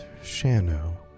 Shano